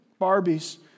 Barbies